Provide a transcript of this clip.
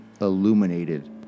illuminated